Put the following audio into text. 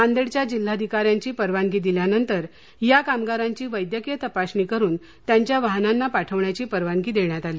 नांदेडच्या जिल्हाधिकारी यांची परवानगी दिल्यानंतर या कामगारांची वैद्यकीय तपासणी करुन त्यांच्या वाहनांना पाठण्याची परवानगी देण्यात आली